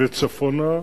וצפונה,